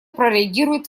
прореагирует